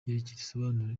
risobanura